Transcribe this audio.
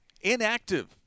inactive